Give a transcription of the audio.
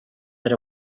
that